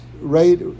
right